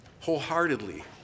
Wholeheartedly